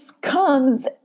comes